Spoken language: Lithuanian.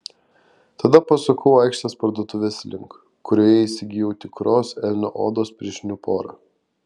tada pasukau aikštės parduotuvės link kurioje įsigijau tikros elnio odos pirštinių porą